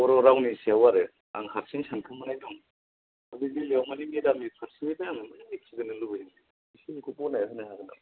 बर' रावनि सायाव आरो आं हारसिं सानखोमानाय दं दा बेलायाव मानि मेदामनि फारसेनिफ्राय आं एसे मिथिगोरनो लुगैदों एसे नों बरनायना होनो हागोन नामा